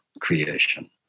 creation